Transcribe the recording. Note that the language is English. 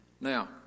Now